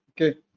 Okay